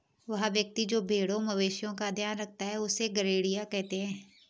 वह व्यक्ति जो भेड़ों मवेशिओं का ध्यान रखता है उससे गरेड़िया कहते हैं